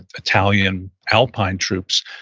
ah italian alpine troops,